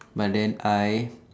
but then I